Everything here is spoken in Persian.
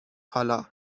حالا